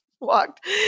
walked